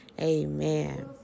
amen